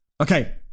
Okay